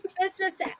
business